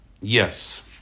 Yes